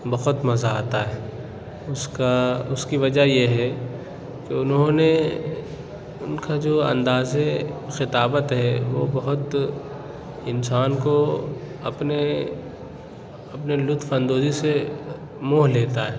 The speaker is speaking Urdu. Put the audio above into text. بہت مزہ آتا ہے اُس کا اُس کی وجہ یہ ہے کہ اُنہوں نے اُن کا جو اندازے خطابت ہے وہ بہت انسان کو اپنے اپنے لُطف اندوزی سے موہ لیتا ہے